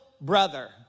brother